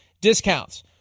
discounts